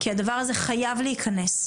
כי הדבר הזה חייב להיכנס.